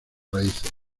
raíces